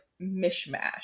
mishmash